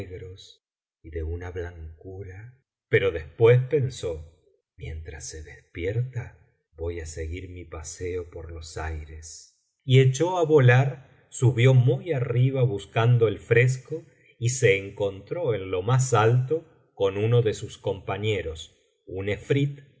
y de una blancura pero después pensó mientras se despierta voy á seguir mi paseo por los aires y echó á volar subió muy arriba buscando el fresco y se encontró en lo más alto con uno de sus compañeros un